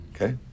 Okay